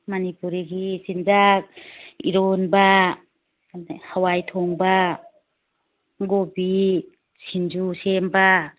ꯃꯅꯤꯄꯨꯔꯤꯒꯤ ꯆꯤꯟꯖꯥꯛ ꯏꯔꯣꯟꯕ ꯑꯗꯩ ꯍꯋꯥꯏ ꯊꯣꯡꯕ ꯀꯣꯕꯤ ꯁꯤꯡꯖꯨ ꯁꯦꯝꯕ